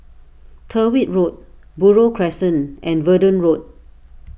Tyrwhitt Road Buroh Crescent and Verdun Road